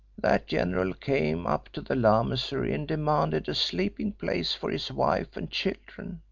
that general came up to the lamasery and demanded a sleeping place for his wife and children,